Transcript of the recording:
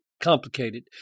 complicated